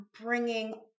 bringing